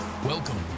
welcome